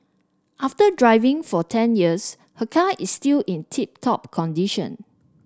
after driving for ten years her car is still in tip top condition